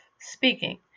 speaking